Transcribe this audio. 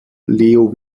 leo